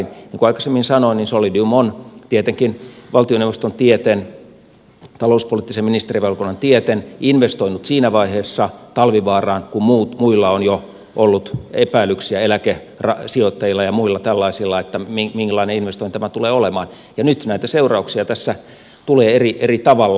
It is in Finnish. niin kuin aikaisemmin sanoin niin solidium on tietenkin valtioneuvoston tieten talouspoliittisen ministerivaliokunnan tieten investoinut siinä vaiheessa talvivaaraan kun muilla on jo ollut epäilyksiä eläkesijoittajilla ja muilla tällaisilla siitä millainen investointi tämä tulee olemaan ja nyt näitä seurauksia tässä tulee eri tavalla